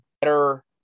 better